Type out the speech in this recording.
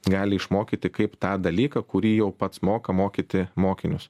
gali išmokyti kaip tą dalyką kurį jau pats moka mokyti mokinius